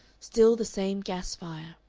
still the same gas fire,